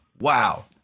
Wow